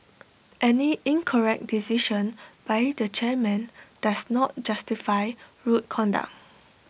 any incorrect decision by the chairman does not justify rude conduct